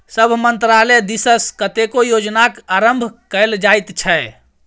सभ मन्त्रालय दिससँ कतेको योजनाक आरम्भ कएल जाइत छै